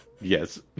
Yes